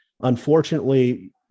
unfortunately